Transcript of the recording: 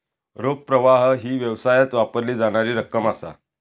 रोख प्रवाह ही व्यवसायात वापरली जाणारी रक्कम असा